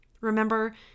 Remember